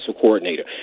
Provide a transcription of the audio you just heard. coordinator